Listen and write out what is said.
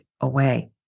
away